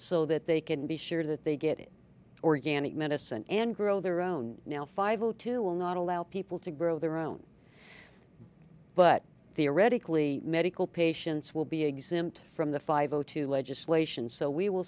so that they can be sure that they get organic medicine and grow their own now five zero two will not allow people to grow their own but theoretically medical patients will be exempt from the five o two legislation so we will